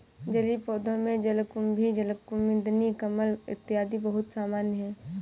जलीय पौधों में जलकुम्भी, जलकुमुदिनी, कमल इत्यादि बहुत सामान्य है